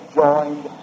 joined